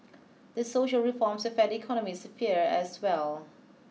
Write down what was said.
these social reforms affect the economic sphere as well